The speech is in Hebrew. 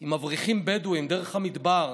עם מבריחים בדואים דרך המדבר,